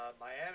Miami